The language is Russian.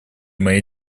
моей